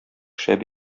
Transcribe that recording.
шәп